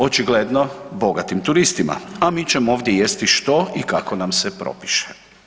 Očigledno bogatim turistima, a mi ćemo ovdje jesti što i kako nam se propiše.